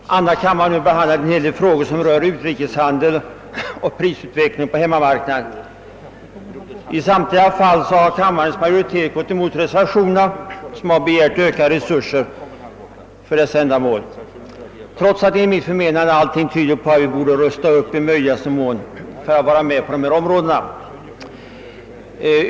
Herr talman! Kammaren har i dag behandlat en del frågor rörande möjligheterna att följa utrikeshandeln och prisutvecklingen på hemmamarknaden, och i samtliga fall har kammarens majoritet gått emot reservationerna om ökade resurser för dessa ändamål, trots att allting enligt min mening tyder på att vi behöver rusta upp för att i möjligaste mån vara med och konkurrera på dessa områden.